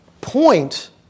point